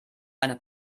einer